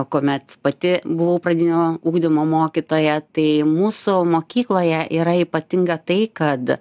kuomet pati buvau pradinio ugdymo mokytoja tai mūsų mokykloje yra ypatinga tai kad